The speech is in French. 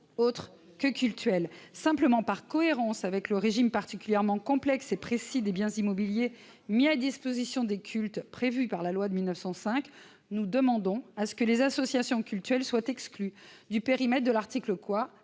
cultuelles. Toutefois, par cohérence avec le régime particulièrement complexe et précis des biens immobiliers mis à disposition des cultes prévu par la loi de 1905, nous demandons que les associations cultuelles soient exclues du périmètre de l'article 4,